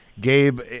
Gabe